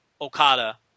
Okada